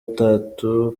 atatu